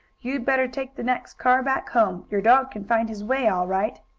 you'd better take the next car back home. your dog can find his way all right.